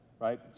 right